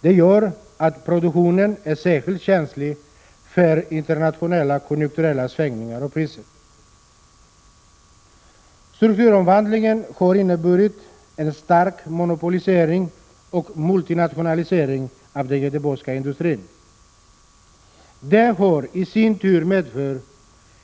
Det gör att produktionen är särskilt känslig för internationella konjunkturella svängningar och priser. Strukturomvandlingen har inneburit en stark monopolisering och multinationalisering av den göteborgska industrin. Det har i sin tur medfört